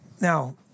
now